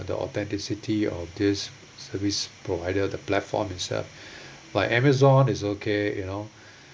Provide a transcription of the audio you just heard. the authenticity of this service provider the platform itself but amazon is okay you know